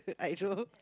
I